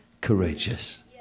courageous